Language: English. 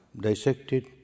dissected